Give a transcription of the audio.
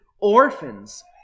orphans